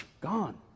gone